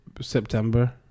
September